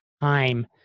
time